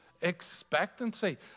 expectancy